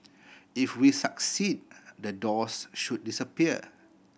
if we succeed the doors should disappear